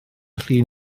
llun